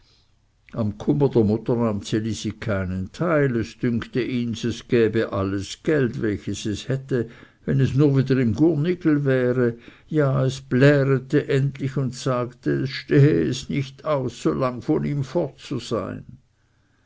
ds elisi keinen teil es dünkte ihns es gäbe alles geld welches es hätte wenn es nur wieder im gurnigel wäre ja es plärete endlich und sagte es stehe es nicht aus so lang von ihm fort zu sein